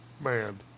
Man